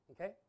Okay